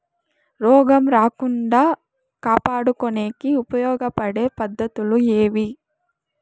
రోగం రాకుండా కాపాడుకునేకి ఉపయోగపడే పద్ధతులు ఏవి?